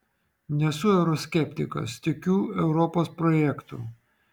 nesu euroskeptikas tikiu europos projektu